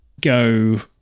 go